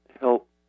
help